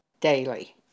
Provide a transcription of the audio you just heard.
daily